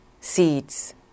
seeds